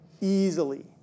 Easily